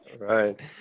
Right